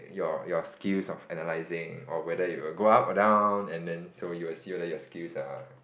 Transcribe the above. your your skills of analysing or whether it will go up or down and then so you will see whether your skills are